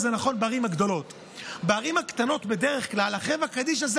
אין הגדרת תפקיד כמו פקיד רגיל שמגיע ב-08:00 והולך ב-16:00,